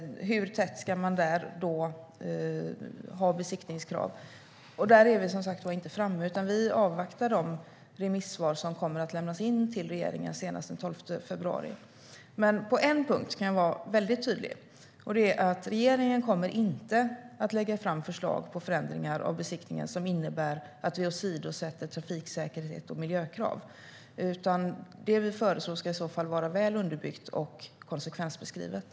Vilka är besiktningskraven? Där är vi inte framme utan vi avvaktar remissvar som ska lämnas in till regeringen senast den 12 februari. På en punkt kan jag vara tydlig. Regeringen kommer inte att lägga fram förslag på förändringar av besiktningen som innebär att trafiksäkerhet och miljökrav åsidosätts. Det som kommer att föreslås ska vara väl underbyggt och konsekvensbeskrivet.